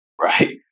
Right